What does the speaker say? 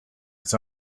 its